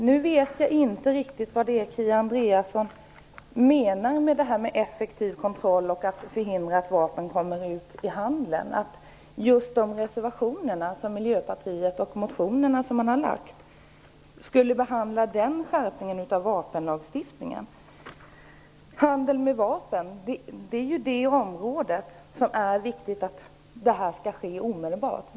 Herr talman! Jag vet inte riktigt vad Kia Andreasson menar när hon talar om en effektiv kontroll och om att förhindra att vapen kommer ut i handeln och att just motionerna och reservationerna från Miljöpartiet skulle behandla en sådan skärpning av vapenlagstiftningen. Handeln med vapen är det område där det är viktigt med omedelbara åtgärder.